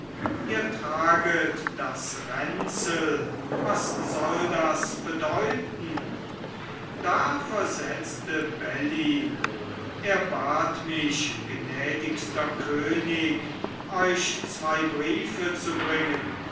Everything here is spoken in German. ihr traget das ränzel was soll das bedeuten da versetzte bellyn er bat mich gnädigster könig euch zwei briefe zu bringen